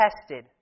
tested